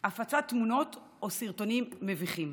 הפצת תמונות או סרטונים מביכים.